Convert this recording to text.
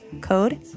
code